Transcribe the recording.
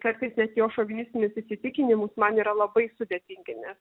kartais net jo šovinistinius įsitikinimus man yra labai sudėtingi nes